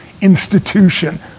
institution